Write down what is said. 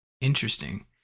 interesting